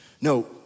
no